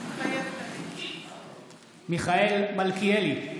מתחייבת אני מיכאל מלכיאלי,